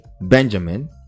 Benjamin